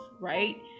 right